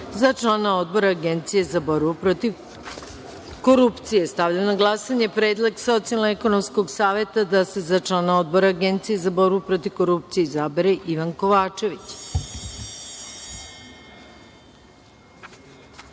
za člana Odbore Agencije za borbu protiv korupcije. Stavljam na glasanje predlog Socijalno ekonomskog saveta da se za člana Odbora Agencije za borbu protiv korupcije izabere Ivan